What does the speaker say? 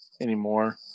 Anymore